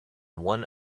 one